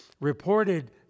reported